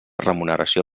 remuneració